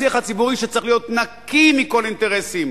השיח הציבורי שצריך להיות נקי מכל אינטרסים,